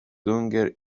dünger